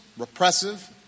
repressive